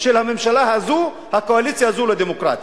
של הממשלה הזו והקואליציה הזו לדמוקרטיה.